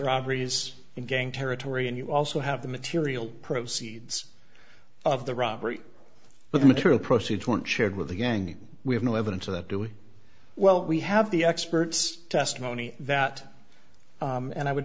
robberies in gang territory and you also have the material proceeds of the robbery with material proceeds went shared with the gang we have no evidence of that doing well we have the experts testimony that and i would